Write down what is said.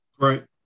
Right